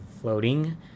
floating